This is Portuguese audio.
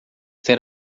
ter